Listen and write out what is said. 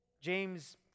James